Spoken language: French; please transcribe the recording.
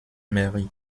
mairie